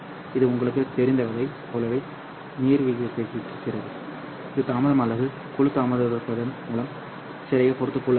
இது உங்களுக்குத் தெரிந்ததைப் போலவே நிர்வகிக்கப்படுகிறது இது தாமதம் அல்லது குழு தாமதமாக்குவதன் மூலம் நாம் சரியாக பொறுத்துக்கொள்ள வேண்டும்